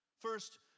First